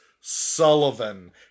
Sullivan